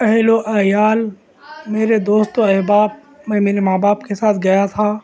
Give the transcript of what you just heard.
اہل و عیال میرے دوست و احباب میں میرے ماں باپ کے ساتھ گیا تھا